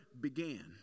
began